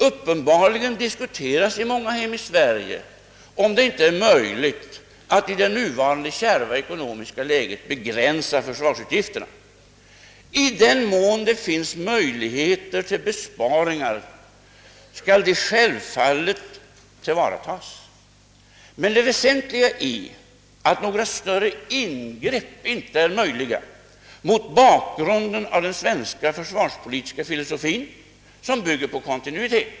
Uppenbarligen diskuteras i många hem i Sverige, om det inte är möjligt att i det nuvarande kärva ekonomiska läget begränsa försvarsutgifterna. I den mån det finns möjligheter till besparingar skall dessa självfallet tillvaratas, men det väsentliga är, att några större ingrepp inte är möjliga mot bakgrunden av den svenska försvarspolitiska filosofin som bygger på kontinuitet.